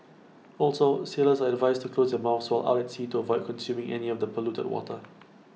also sailors are advised to close their mouths so out at sea to avoid consuming any of the polluted water